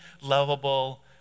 lovable